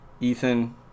Ethan